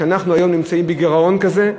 שאנחנו היום נמצאים בגירעון כזה,